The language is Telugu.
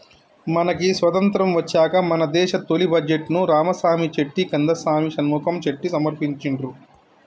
మనకి స్వతంత్రం వచ్చాక మన దేశ తొలి బడ్జెట్ను రామసామి చెట్టి కందసామి షణ్ముఖం చెట్టి సమర్పించిండ్రు